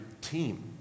team